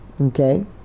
Okay